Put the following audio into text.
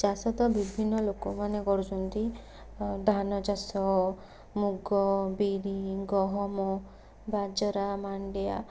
ଚାଷ ତ ବିଭିନ୍ନ ଲୋକମାନେ କରୁଛନ୍ତି ଧାନ ଚାଷ ମୁଗ ବିରି ଗହମ ବାଜରା ମାଣ୍ଡିଆ